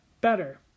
better